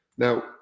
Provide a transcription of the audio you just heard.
Now